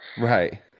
Right